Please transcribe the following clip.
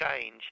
change